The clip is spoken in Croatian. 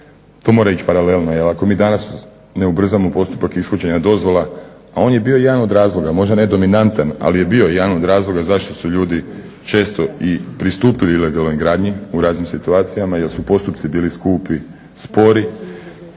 To mora ići paralelno jer ako mi danas ne ubrzamo postupak ishođenja dozvola, a on je bio jedan od razloga možda ne dominantan, ali je bio jedan od razloga zašto su ljudi često i pristupili ilegalnoj gradnji u raznim situacijama jer su postupci bili skupi, spori.